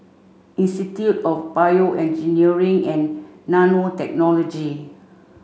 institute of BioEngineering and Nanotechnology